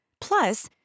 Plus